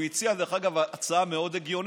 הוא הציע דרך אגב הצעה מאוד הגיונית: